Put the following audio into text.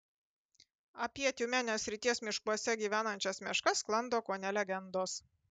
apie tiumenės srities miškuose gyvenančias meškas sklando kone legendos